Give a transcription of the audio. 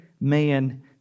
man